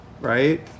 right